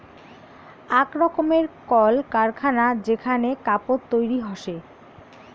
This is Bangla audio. আক রকমের কল কারখানা যেখানে কাপড় তৈরী হসে